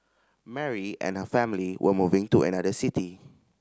Mary and her family were moving to another city